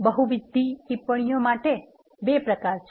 બહુવિધિ ટિપ્પણીઓ આપવા માટેના બે પ્રકાર છે